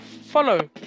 follow